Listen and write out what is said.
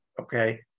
okay